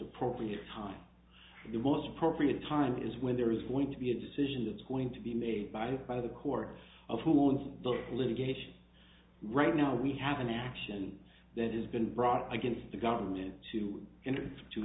appropriate time the most appropriate time is when there is going to be a decision that's going to be made by the court of who was the litigation right now we have an action that has been brought against the government to